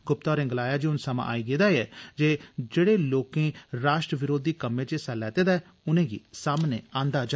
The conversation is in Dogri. गुप्ता होरें गलाया जे हुन समां आई गेदा ऐ जे जेहड़े लोकें राश्ट्र बरोधी कम्में च हिस्सा लैते दा ऐ उनेंगी सामने आंदा जा